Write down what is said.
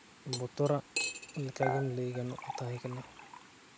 ᱵᱚᱛᱚᱨᱟᱜ ᱞᱮᱠᱟᱜᱮ ᱞᱟᱹᱭ ᱜᱟᱱᱚᱜᱼᱟ ᱛᱟᱦᱮᱸ ᱠᱟᱱᱟ